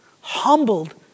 humbled